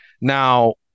Now